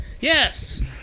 Yes